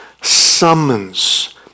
summons